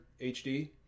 HD